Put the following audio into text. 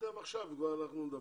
עכשיו אנחנו נדבר.